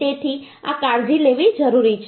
તેથી આ કાળજી લેવી જરૂરી છે